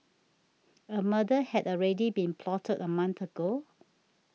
a murder had already been plotted a month ago